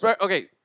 okay